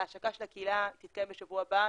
ההשקה של הקהילה תתקיים בשבוע הבא,